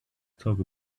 talk